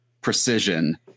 precision